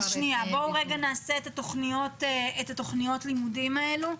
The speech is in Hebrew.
נעשה את תוכניות הלימודים הללו.